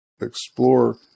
explore